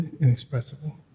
inexpressible